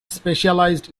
specialized